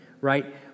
right